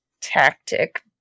tactic